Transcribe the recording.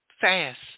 fast